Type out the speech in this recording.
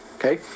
Okay